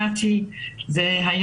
זה.